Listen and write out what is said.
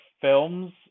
films